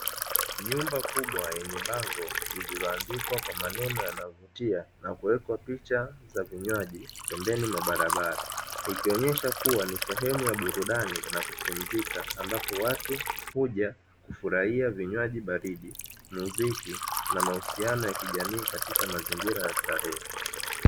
Nyumba kubwa yenye bango lililoandikwa kwa maneno yanavutia na kuwekwa picha za vinywaji pembeni mwa barabara, ikionyesha kuwa ni sehemu ya burudani na kupumzika ambapo watu huja kufurahia vinywaji baridi, muziki na mahusiano ya kijamii katika mazingira ya starehe.